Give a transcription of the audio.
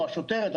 או השוטרת,